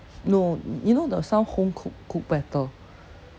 no you know the some homecooked cook better